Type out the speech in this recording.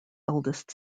eldest